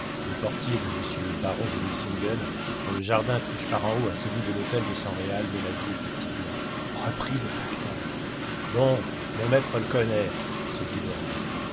le portier de monsieur le baron de nucingen dont le jardin touche par en haut à celui de l'hôtel san réal me l'a dit effectivement reprit le facteur bon mon maître le connaît se dit laurent